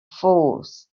force